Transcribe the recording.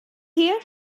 here